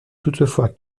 toutefois